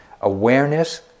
awareness